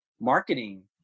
marketing